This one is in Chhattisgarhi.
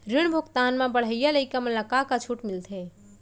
ऋण भुगतान म पढ़इया लइका मन ला का का छूट मिलथे?